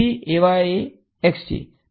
તેથી 1 અને એ 0 છે